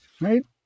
Right